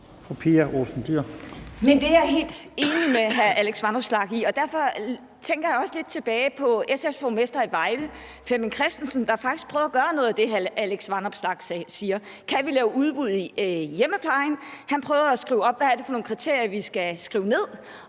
Det er jeg helt enig med hr. Alex Vanopslagh i. Derfor tænker jeg også lidt på SF's borgmester i Vejle, Flemming Christensen, der faktisk har prøvet at gøre noget af det, som hr. Alex Vanopslagh siger. Kan vi lave udbud på hjemmeplejen? Han prøvede at skrive op, hvad det er for nogle kriterier, vi skal skrive ned,